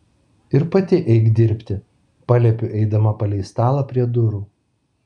ir pati eik dirbti paliepiu eidama palei stalą prie durų